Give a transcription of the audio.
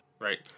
right